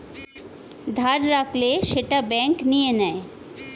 ধার রাখলে সেটা ব্যাঙ্ক নিয়ে নেয়